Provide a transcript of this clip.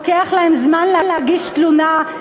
לוקח להן זמן להגיש תלונה.